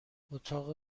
اتاق